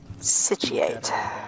sitiate